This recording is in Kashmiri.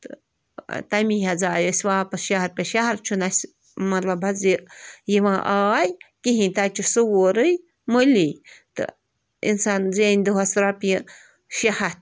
تہٕ تَمی حظ آیہِ أسۍ واپَس شہر شہر چھُنہٕ اَسہِ مطلب حظ یہِ یِوان آے کِہیٖنۍ تَتہِ چھُ سورٕے مٔلی تہٕ اِنسان زینہِ دۄہَس رۄپیہِ شےٚ ہَتھ